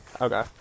okay